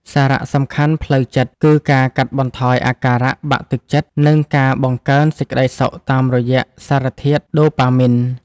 សារៈសំខាន់ផ្លូវចិត្តគឺការកាត់បន្ថយអាការៈបាក់ទឹកចិត្ត និងការបង្កើនសេចក្ដីសុខតាមរយៈសារធាតុដូប៉ាមីន។